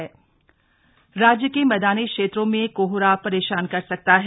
मौसम राज्य के मैदानी क्षेत्रों में कोहरा परेशान कर सकता है